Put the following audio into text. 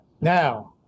now